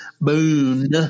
boon